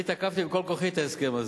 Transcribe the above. אני תקפתי בכל כוחי את ההסכם הזה.